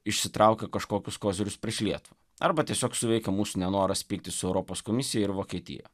išsitraukė kažkokius kozirius prieš lietuvą arba tiesiog suveikė mūsų nenoras pyktis su europos komisija ir vokietija